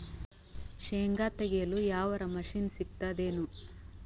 ಶೇಂಗಾ ತೆಗೆಯಲು ಯಾವರ ಮಷಿನ್ ಸಿಗತೆದೇನು?